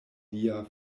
lia